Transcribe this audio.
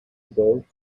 gold